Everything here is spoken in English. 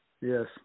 yes